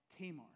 Tamar